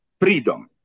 freedom